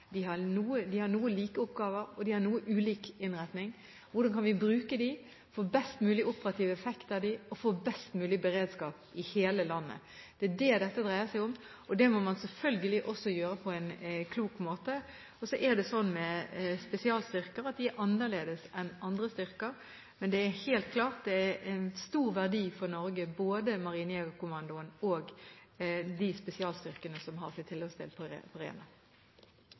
De har noen like oppgaver, og de har noe ulik innretning. Hvordan kan vi bruke dem, få best mulig operativ effekt av dem og få best mulig beredskap i hele landet? Det er det dette dreier seg om. Det må man selvfølgelig også gjøre på en klok måte. Så er det sånn med spesialstyrker at de er annerledes enn andre styrker. Men det er helt klart at både Marinejegerkommandoen og de spesialstyrkene som har sitt tilholdssted på Rena, har stor verdi for Norge. «Ventetiden for behandling av pasienter med rus og psykiatriske lidelser har